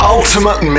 Ultimate